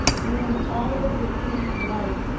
when all of this came to light,